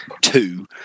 two